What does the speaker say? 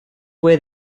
where